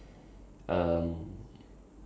fried onion on anything I eat